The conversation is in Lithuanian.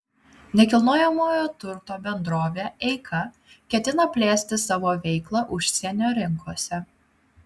nekilnojamojo turto bendrovė eika ketina plėsti savo veiklą užsienio rinkose